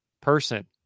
person